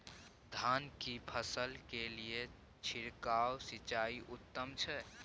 धान की फसल के लिये छिरकाव सिंचाई उत्तम छै?